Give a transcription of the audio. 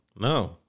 No